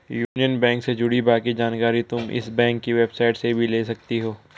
union bank से जुड़ी बाकी जानकारी तुम इस बैंक की वेबसाईट से भी ले सकती हो